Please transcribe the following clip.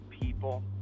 people